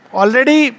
already